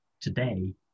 today